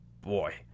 boy